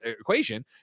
equation